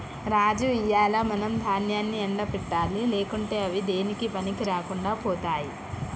రాజు ఇయ్యాల మనం దాన్యాన్ని ఎండ పెట్టాలి లేకుంటే అవి దేనికీ పనికిరాకుండా పోతాయి